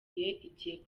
igiye